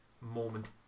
moment